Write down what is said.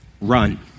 Run